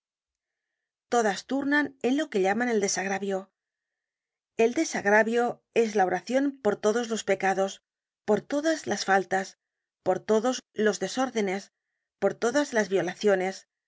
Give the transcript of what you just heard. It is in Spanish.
todas turnan en lo que llaman el desagravio el desagravio es la oracion por todos los pecados por todas las faltas por todos los desórdenes por todas las violaciones